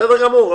בסדר גמור.